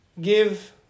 give